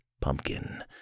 pumpkin